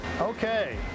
Okay